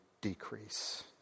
decrease